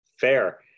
Fair